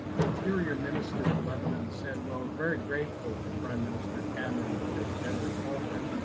interior minister of lebanon said, well, we're very grateful to prime minister cameron for his generous offer,